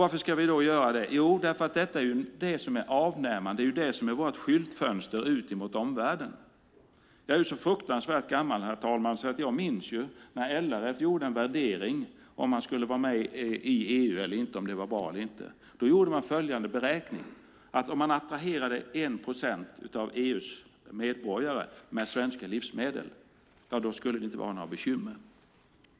Varför ska vi göra det? Jo, därför att det är det som är vårt skyltfönster ut mot omvärlden. Jag är så gammal, herr talman, att jag minns när LRF gjorde en värdering om man skulle vara med i EU eller inte, om det var bra eller inte. Då gjorde man följande beräkning. Om man attraherade 1 procent att EU:s medborgare med svenska livsmedel skulle vi inte ha några bekymmer.